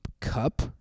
cup